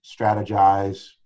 strategize